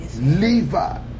liver